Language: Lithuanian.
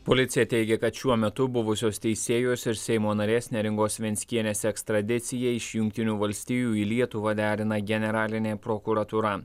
policija teigia kad šiuo metu buvusios teisėjos ir seimo narės neringos venckienės ekstradiciją iš jungtinių valstijų į lietuvą derina generalinė prokuratūra